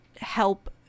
help